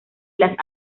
las